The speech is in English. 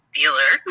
dealer